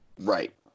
Right